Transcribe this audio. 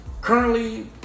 Currently